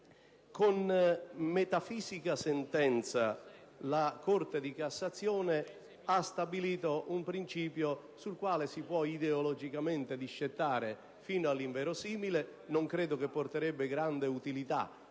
Con metafisica sentenza la Corte di cassazione ha stabilito un principio, sul quale si può ideologicamente discettare fino all'inverosimile, ma che non credo porterebbe grande utilità